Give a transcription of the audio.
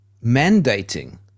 mandating